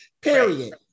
period